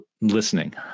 listening